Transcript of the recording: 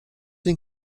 den